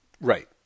Right